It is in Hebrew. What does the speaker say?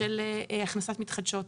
של הכנסת מתחדשות.